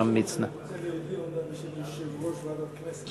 חבר הכנסת